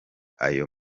ayo